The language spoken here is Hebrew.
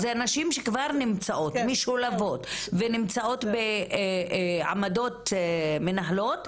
אלה נשים שכבר משולבות ונמצאות בעמדות של מנהלות,